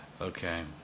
Okay